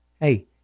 hey